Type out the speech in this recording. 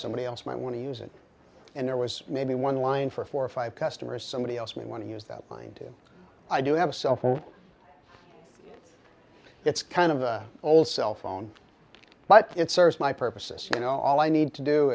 somebody else might want to use it and there was maybe one line for four or five customers somebody else might want to use that mind i do have a cell phone it's kind of the old cell phone but it serves my purposes you know all i need to do